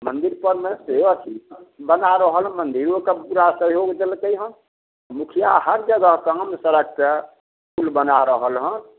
मन्दिरो परमे से अथी बना रहल हँ मन्दिरो कऽ पूरा सहयोग देलकै हँ मुखिआ हर जगह काम सड़क कऽ पुल बना रहल हँ